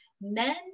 men